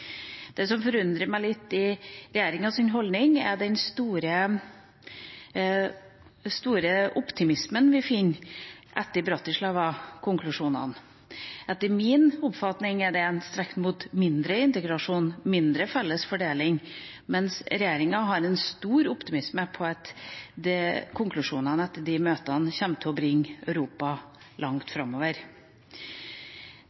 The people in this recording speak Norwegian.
Det som forundrer meg litt i regjeringas holdning, er den store optimismen vi finner etter Bratislava-konklusjonene. Etter min oppfatning er det et skritt mot mindre integrasjon og mindre felles fordeling, mens regjeringa har en stor optimisme for at konklusjonene etter de møtene kommer til å bringe Europa langt